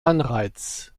anreiz